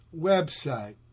website